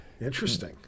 interesting